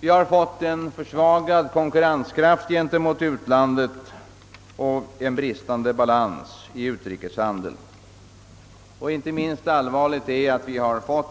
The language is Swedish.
Vi har fått en försvagad konkurrenskraft gentemot utlandet och brist på balans i utrikeshandeln. Inte minst allvarligt är de